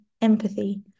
empathy